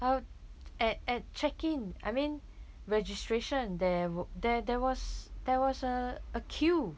I was at at check in I mean registration there were there there was there was a a queue